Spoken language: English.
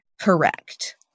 Correct